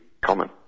common